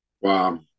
Wow